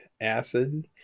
acid